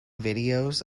videos